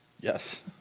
Yes